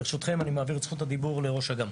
ברשותכם, אני מעביר את זכות הדיבור לראש אג"מ.